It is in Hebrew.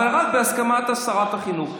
אבל רק בהסכמת שרת החינוך.